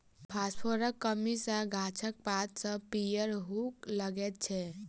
फासफोरसक कमी सॅ गाछक पात सभ पीयर हुअ लगैत छै